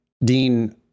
Dean